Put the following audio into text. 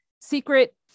secret